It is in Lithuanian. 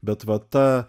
bet va ta